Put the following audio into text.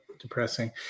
depressing